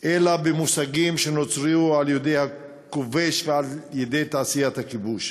אלא במושגים שנוצרו על-ידי הכובש ועל-ידי תעשיית הכיבוש.